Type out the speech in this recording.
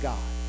God